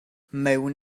mewn